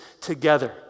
together